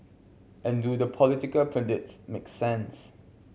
and do the political pundits make sense